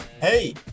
Hey